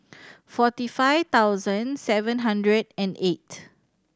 forty five thousand seven hundred and eight